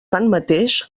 tanmateix